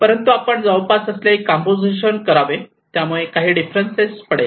परंतु आपण जवळपास असलेली कॉम्पोसिशन करावे त्या मुळे काही डिफरेन्स पडेल